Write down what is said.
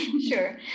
Sure